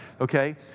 okay